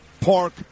Park